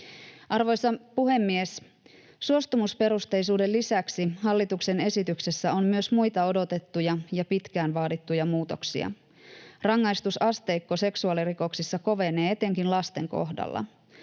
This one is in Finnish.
Arvoisa puhemies! Suostumusperusteisuuden lisäksi hallituksen esityksessä on myös muita odotettuja ja pitkään vaadittuja muutoksia. Rangaistusasteikko seksuaalirikoksissa kovenee etenkin lasten kohdalla.